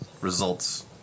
results